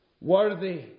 Worthy